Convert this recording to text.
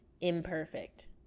imperfect